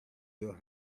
your